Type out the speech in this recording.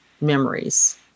memories